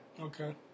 Okay